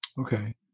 Okay